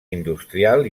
industrial